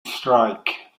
strike